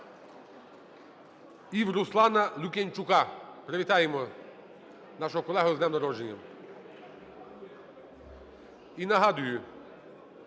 І у Руслана Лук'янчука. Привітаємо нашого колегу з днем народження. І нагадую,